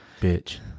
bitch